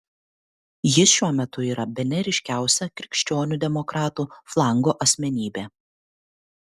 jis šiuo metu yra bene ryškiausia krikščionių demokratų flango asmenybė